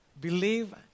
believe